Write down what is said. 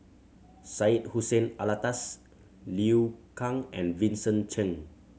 Syed Hussein Alatas Liu Kang and Vincent Cheng